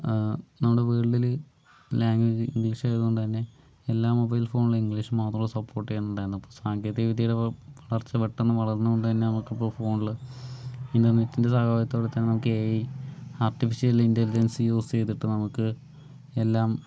നമ്മുടെ വേൾഡില് ലാംഗ്വേജ് ഇംഗ്ലീഷായതുകൊണ്ട് തന്നെ എല്ലാ മൊബൈൽ ഫോണിലും ഇംഗ്ലീഷ് മാത്രമേ സപ്പോർട്ട് ചെയ്യുന്നുണ്ടായിരുന്നു അപ്പോൾ സാങ്കേതികവിദ്യയുടെ വളർച്ച പെട്ടെന്ന് വളർന്നുകൊണ്ട് തന്നെ നമുക്കിപ്പോൾ ഫോണില് ഇൻ്റർനെറ്റിന്റെ സഹായത്തോടെ തന്നെ നമുക്ക് A I artificial intelligence use ചെയ്തിട്ട് നമുക്ക് എല്ലാം